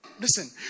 Listen